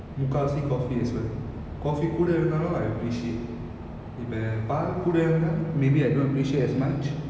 முக்காவாசி:mukkavasi coffee as well coffee கூட இருந்தாலும்:kooda irunthaalum I appreciate இப்ப பால் கூட இருந்தா:ippa paal kooda iruntha maybe I don't appreciate as much